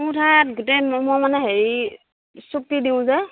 মোৰ তাত গোটেই মানে হেৰি চুক্তি দিওঁ যে